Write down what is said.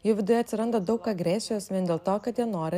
jų viduje atsiranda daug agresijos vien dėl to kad jie nori